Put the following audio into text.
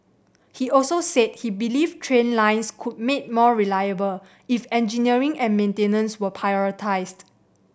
he also said he believed train lines could be made more reliable if engineering and maintenance were prioritised